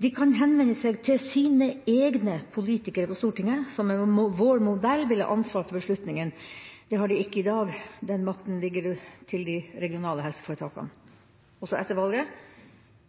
De kan henvende seg til sine egne politikere på Stortinget, som med vår modell vil ha ansvar for beslutningene. Det har de ikke i dag, den makten ligger til de regionale helseforetakene.» Og så etter valget: